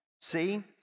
See